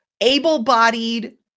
able-bodied